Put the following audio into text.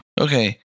Okay